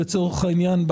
לצורך העניין,